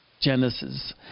Genesis